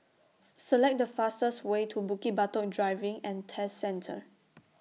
Select The fastest Way to Bukit Batok Driving and Test Centre